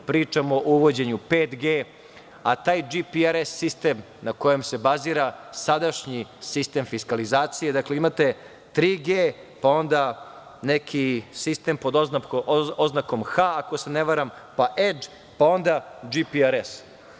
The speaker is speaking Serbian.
Pričamo o uvođenju 5G, a taj GPRS sistem na kojem se bazira sadašnji sistem fiskalizacije, imate 3G, onda neki sistem pod oznakom „H“, ako se ne varam, pa EDž, pa onda GPRS.